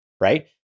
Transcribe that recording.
right